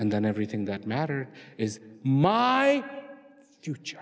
and then everything that matter is my future